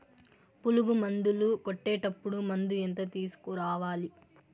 పులుగు మందులు కొట్టేటప్పుడు మందు ఎంత తీసుకురావాలి?